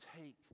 take